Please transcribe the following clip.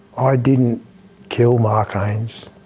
ah i didn't kill mark haines.